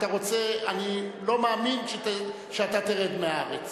אתה רוצה, אני לא מאמין שאתה תרד מהארץ.